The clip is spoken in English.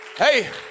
Hey